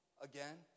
again